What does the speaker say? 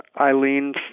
Eileen